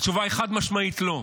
התשובה היא חד-משמעית לא.